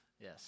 Yes